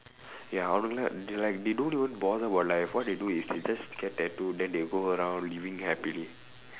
ya they like they don't even bother about life what they do is they just get tattoo then they go around living happily